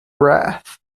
wrath